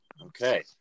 Okay